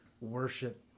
worship